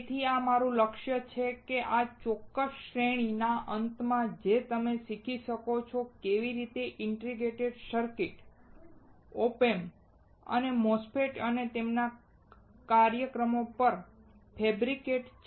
તેથી આ મારું લક્ષ્ય છે કે આ ચોક્કસ શ્રેણી ના અંતમાં જે તમે સમજી શકો છો કેવી રીતે ઇન્ટિગ્રેટેડ સર્કિટ્સ OP Amps તેમજ MOSFETS અને તેના કાર્યક્રમો પણ ફૅબ્રિકેટ છે